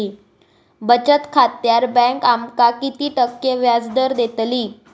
बचत खात्यार बँक आमका किती टक्के व्याजदर देतली?